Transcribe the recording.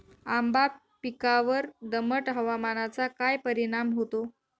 आंबा पिकावर दमट हवामानाचा काय परिणाम होतो?